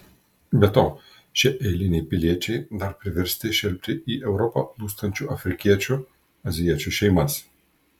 be to šie eiliniai piliečiai dar priversti šelpti į europą plūstančių afrikiečių azijiečių šeimas